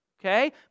Okay